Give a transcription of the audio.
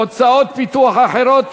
הוצאות פיתוח אחרות.